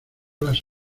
las